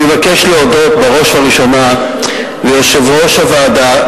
אני מבקש להודות בראש ובראשונה ליושב-ראש הוועדה,